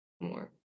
more